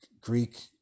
Greek